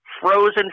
Frozen